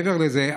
מעבר לזה,